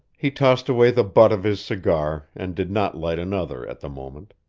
he tossed away the butt of his cigar and did not light another at the moment.